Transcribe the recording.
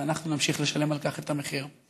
ואנחנו נמשיך לשלם על כך את המחיר.